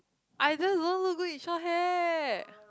I just don't look good in short hair